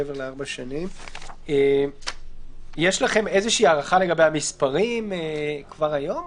יש לכם איזושהי הערכה לגבי המספרים כבר היום?